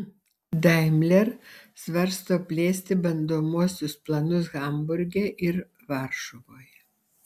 daimler svarsto plėsti bandomuosius planus hamburge ir varšuvoje